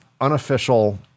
unofficial